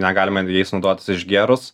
negalima jais naudotis išgėrus